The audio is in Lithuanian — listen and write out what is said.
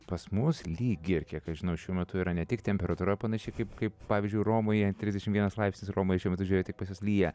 pas mus lyg ir kiek aš žinau šiuo metu yra ne tik temperatūra panaši kaip pavyzdžiui romoje trisdešimt vienas laipsnis romoje šiuo metu žiūrėjau tai pas jus lyja